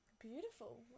beautiful